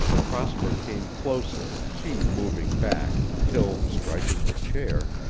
prosper came closer, she moving back, till, striking the chair,